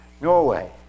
Norway